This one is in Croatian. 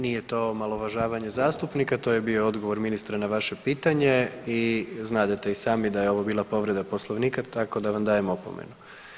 Nije to omalovažavanje zastupnika, to je bio odgovor ministra na vaše pitanje i znadete i sami da je ovo bila povreda Poslovnika tako da vam dajem opomenu.